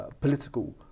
political